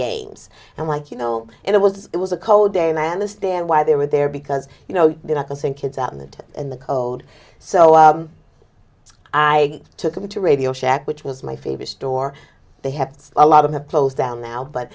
games and like you know it was it was a cold day and i understand why they were there because you know they're not the same kids out in the in the code so i took him to radio shack which was my favorite store they have a lot of have closed down now but